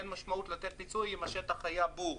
אין משמעות לתת פיצוי בפועל אם השטח היה בור.